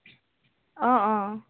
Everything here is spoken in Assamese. অঁ অঁ